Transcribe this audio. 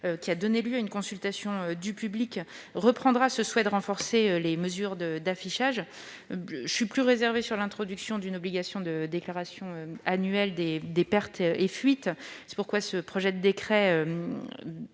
qui a donné lieu à une consultation du public, reprendra le souhait qui a été exprimé en faveur d'un renforcement des mesures d'affichage. Je suis plus réservée quant à l'introduction d'une obligation de déclaration annuelle des pertes et fuites. C'est pourquoi ce projet de décret